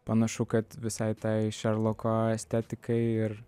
panašu kad visai tai šerloko estetikai ir